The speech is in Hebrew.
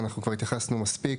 אנחנו כבר התייחסנו מספיק.